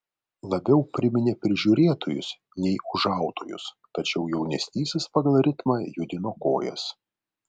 labiau priminė prižiūrėtojus nei ūžautojus tačiau jaunesnysis pagal ritmą judino kojas